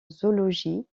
zoologie